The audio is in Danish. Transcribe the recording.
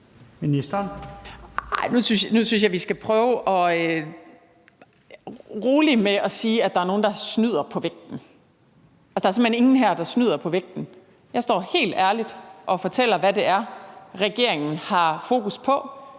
nu synes jeg, at vi skal prøve at være rolige med at sige, at der er nogen, der snyder på vægten. Der er simpelt hen ingen her, der snyder på vægten. Jeg står helt ærligt og fortæller, hvad det er, regeringen har fokus på.